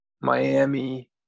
Miami –